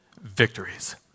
victories